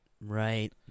Right